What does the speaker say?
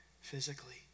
physically